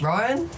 Ryan